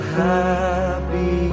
happy